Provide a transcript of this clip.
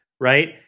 right